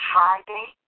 Friday